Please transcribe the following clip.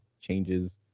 changes